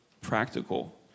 practical